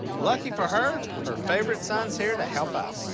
lucky for her, her favorite son's here to help out,